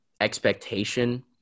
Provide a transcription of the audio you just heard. expectation